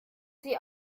sie